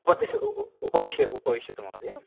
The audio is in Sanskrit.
उपविष्यतु उपविष्य उपविष्यतु महोदय